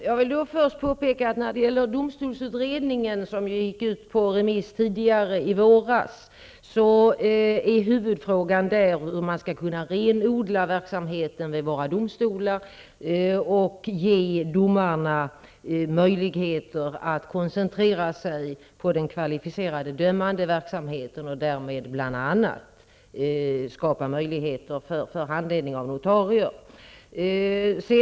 Herr talman! Jag vill först påpeka att i domstolsutredningen, som skickades ut på remiss tidigare i våras, är huvudfrågan hur man skall kunna renodla verksamheten vid våra domstolar och ge domarna möjligheter att koncentrera sig på den kvalificerade dömandeverksamheten och därmed bl.a. skapa möjligheter för handledning av notarier.